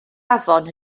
afon